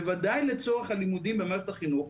בוודאי לצורך הלימודים במערכת החינוך,